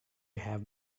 have